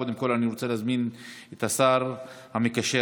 קודם כול אני רוצה להזמין את השר המקשר